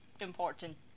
important